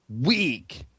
Weak